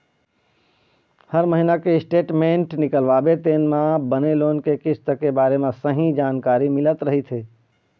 हर महिना के स्टेटमेंट निकलवाबे तेन म बने लोन के किस्त के बारे म सहीं जानकारी मिलत रहिथे